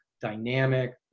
dynamic